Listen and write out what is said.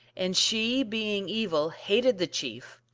and she, being evil, hated the chief,